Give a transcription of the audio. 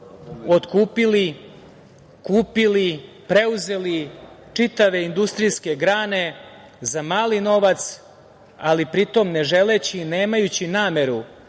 otkupili, kupili, preuzeli čitave industrijske grane za mali novac, ali pri tome ne želeći i nemajući nameru